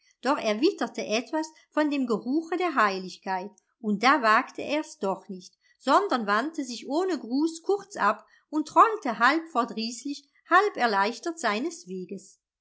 doch er witterte etwas von dem geruche der heiligkeit und da wagte er's doch nicht sondern wandte sich ohne gruß kurz ab und trollte halb verdrießlich halb erleichtert seines weges